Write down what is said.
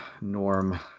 Norm